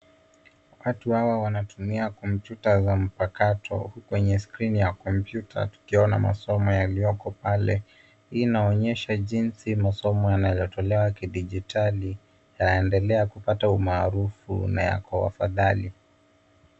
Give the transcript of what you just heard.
Watu hawa wanatumia kompyuta za mpakato huku kwenye skrini ya kompyuta tukiona masomo yaliyoko pale. Hii inaonyesha jinsi masomo yanaweza tolewa kidijitali yaendelea kupata umaarufu na yako afadhali.